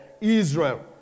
Israel